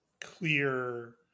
clear